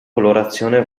colorazione